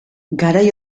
garai